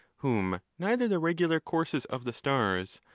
whom neither the regular courses of the stars,